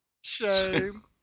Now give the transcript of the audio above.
Shame